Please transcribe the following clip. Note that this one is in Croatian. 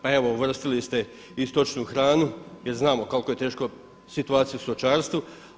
Pa evo uvrstile ste i stočnu hranu jer znamo koliko je teška situacija u stočarstvu.